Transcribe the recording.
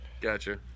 Gotcha